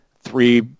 three